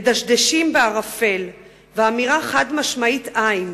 מדשדשים בערפל, ואמירה חד-משמעית, אין.